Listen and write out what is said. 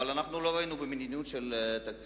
אבל אנחנו לא ראינו שהמדיניות של תקציב